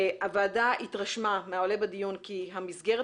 הוועדה התרשמה מהעולה בדיון כי המסגרת